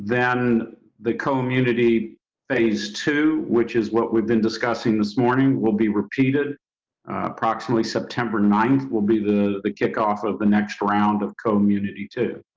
then the community phase two, which is what we've been discussing this morning will be repeated approximately september ninth will be the the kick off of the next round of community too.